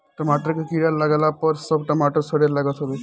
टमाटर में कीड़ा लागला पअ सब टमाटर सड़े लागत हवे